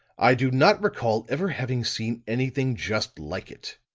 i do not recall ever having seen anything just like it!